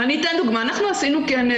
עשינו כנס